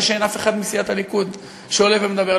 שאין אף אחד מסיעת הליכוד שעולה ומדבר.